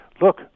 look